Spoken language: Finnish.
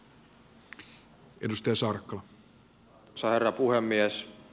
arvoisa herra puhemies